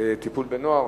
לטפל בהם,